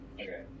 Okay